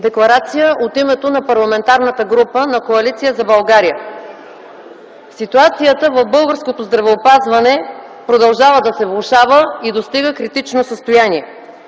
„ДЕКЛАРАЦИЯ от името на Парламентарната група на Коалиция за България Ситуацията в българското здравеопазване продължава да се влошава и достига критично състояние.